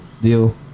deal